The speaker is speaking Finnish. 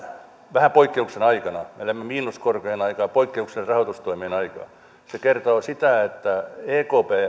vähän poikkeuksellisena aikana elämme miinuskorkojen aikaa poikkeuksellisen rahoitustoiminnan aikaa se kertoo sitä että ekp